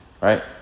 right